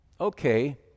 okay